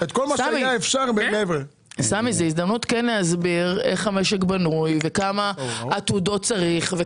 זאת הזדמנות להסביר איך המשק בנוי וכמה עתודות צריך,